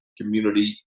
community